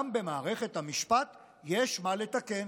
גם במערכת המשפט יש מה לתקן.